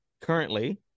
currently